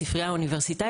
או מספרייה אוניברסיטאית,